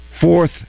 fourth